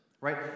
right